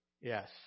Yes